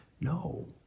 No